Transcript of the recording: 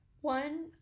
One